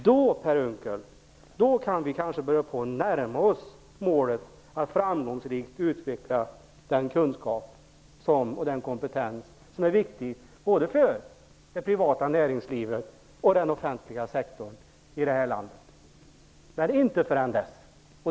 Då, Per Unckel, kan vi kanske börja närma oss målet att framgångsrikt utveckla den kunskap och den kompetens som är viktig både för det privata näringslivet och för den offentliga sektorn i vårt land, men inte förrän då.